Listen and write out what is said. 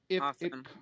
Awesome